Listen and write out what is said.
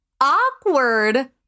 awkward